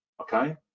okay